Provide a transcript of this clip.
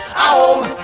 home